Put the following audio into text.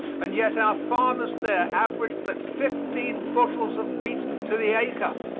and yet our farmers there average but fifteen bushels of wheat to the acre.